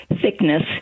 thickness